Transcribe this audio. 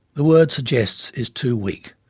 the word suggests is too weak.